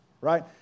right